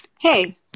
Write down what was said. Hey